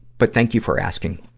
but thank you for asking.